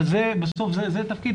אבל בסוף זה התפקיד.